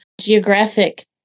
geographic